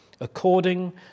according